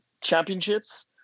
championships